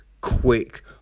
quick